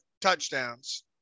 touchdowns